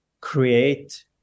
create